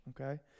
okay